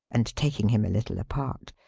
and taking him a little apart.